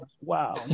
wow